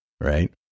right